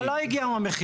לא, לא הגיע יום המכירה.